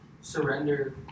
surrender